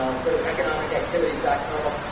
um sort of economic activities back to normal.